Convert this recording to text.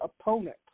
opponent